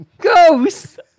ghost